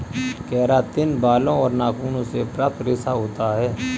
keratin बालों और नाखूनों से प्राप्त रेशा होता है